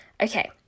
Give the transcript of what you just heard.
Okay